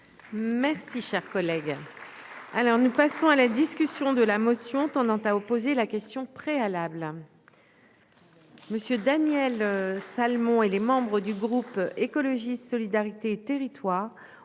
nucléaire français. Nous passons à la discussion de la motion tendant à opposer la question préalable.